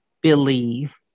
believe